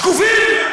שקופים?